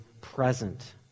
present